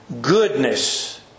goodness